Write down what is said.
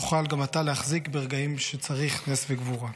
תוכל גם אתה להחזיק ברגעים שבהם צריך נס וגבורה.